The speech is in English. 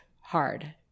hard